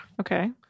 Okay